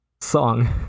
song